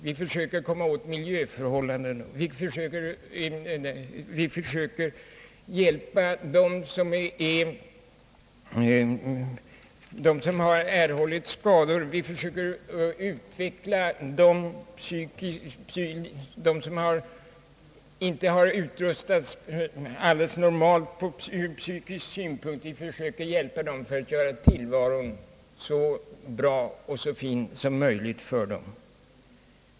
Vi försöker komma åt miljöförhållanden, och vi försöker hjälpa dem som har erhållit skador. Vi försöker göra tillvaron så dräglig som möjligt för de människor som inte har utrustats helt normalt psykiskt sett.